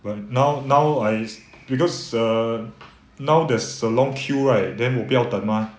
but now now I because err now there's a long queue right then 我不要等嘛